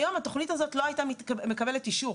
צפון כדי שלא תהיה השפעה נוספת על שפרעם ועל